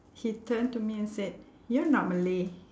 he turned to me and said you're not malay